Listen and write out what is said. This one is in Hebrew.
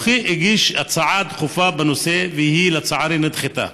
אני הגשתי הצעה דחופה בנושא והיא נדחתה,